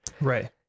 right